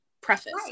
preface